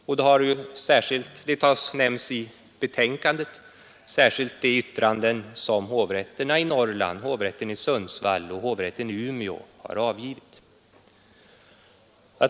Man har i betänkandet särskilt nämnt de yttranden som hovrätterna i Norrland, dvs. hovrätterna i Sundsvall och i Umeå, har avgivit.